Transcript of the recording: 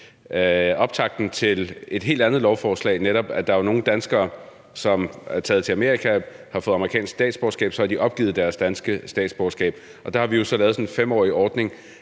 optakten til et helt andet lovforslag sagde, at der jo er nogle danskere, som er taget til Amerika og har fået amerikansk statsborgerskab, og så har de opgivet deres danske statsborgerskab. Og der har vi jo lavet sådan en 5-årig ordning